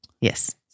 Yes